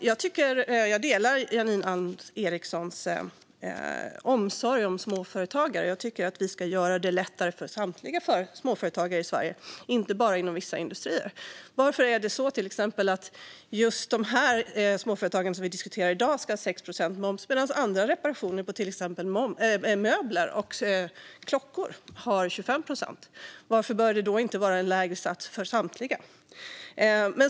Fru talman! Jag delar Janine Alm Ericsons omsorg om småföretagare och vill underlätta för samtliga småföretagare i Sverige, inte bara inom vissa industrier. Men varför ska just de småföretag vi diskuterar i dag ha 6 procents moms medan reparationer av till exempel möbler och klockor har 25 procent? Varför bör det inte vara en lägre sats för samtliga?